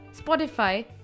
Spotify